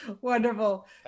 Wonderful